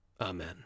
Amen